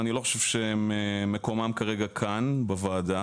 אני לא חושב שמקומם כרגע כאן בוועדה.